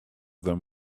them